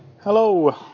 Hello